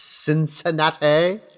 Cincinnati